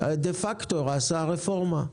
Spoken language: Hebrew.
דה-פקטו עשה רפורמה.